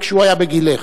כשהוא היה בגילך,